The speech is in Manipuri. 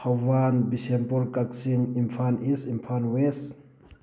Thoubal Bishnupur Kakching Imphal East Imphal west